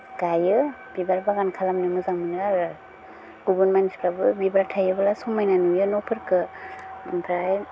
गायो बिबार बागान खालामनो मोजां मोनो आरो गुबुन मानसिफ्राबो बिबार थायोब्ला समायना नुयो न'फोरखौ ओमफ्राय